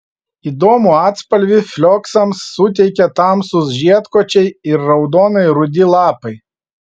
įdomų atspalvį flioksams suteikia tamsūs žiedkočiai ir raudonai rudi lapai